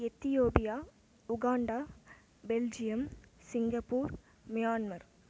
Ethiopia Uganda Belgium Singapore Myanmar